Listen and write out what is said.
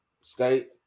state